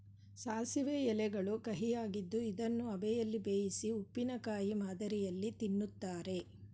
ಸಾಸಿವೆ ಎಲೆಗಳು ಕಹಿಯಾಗಿದ್ದು ಇದನ್ನು ಅಬೆಯಲ್ಲಿ ಬೇಯಿಸಿ ಉಪ್ಪಿನಕಾಯಿ ಮಾದರಿಯಲ್ಲಿ ತಿನ್ನುತ್ತಾರೆ